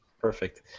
perfect